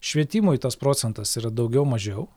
švietimui tas procentas yra daugiau mažiau